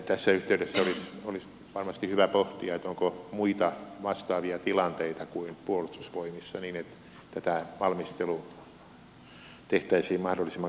tässä yhteydessä olisi varmasti hyvä pohtia onko muita vastaavia tilanteita kuin puolustusvoimissa niin että tämä valmistelu tehtäisiin mahdollisimman kattavasti